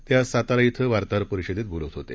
ते आज सातारा इथं वार्ताहर परिषदेत बोलत होते